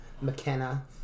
McKenna